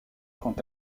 quant